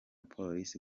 polisi